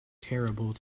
terrible